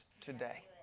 today